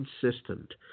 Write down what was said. consistent